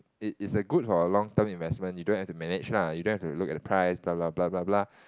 it it's a good for a long term investment you don't have to manage lah you don't have to look at the price blah blah blah blah blah